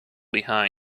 behind